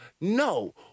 No